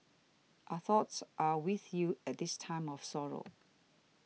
our thoughts are with you at this time of sorrow